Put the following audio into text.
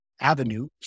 avenue